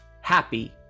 happy